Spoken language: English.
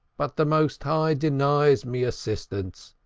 but the most high denies me assistants,